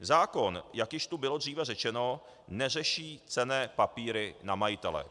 Zákon, jak již tu bylo dříve řečeno, neřeší cenné papíry na majitele.